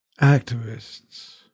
activists